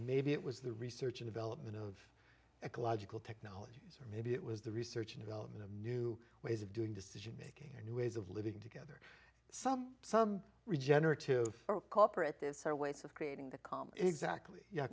maybe it was the research development of ecological technologies or maybe it was the research and development of new ways of doing decision making new ways of living together some some regenerative corporate this are ways of creating the com exactly